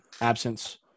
absence